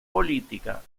política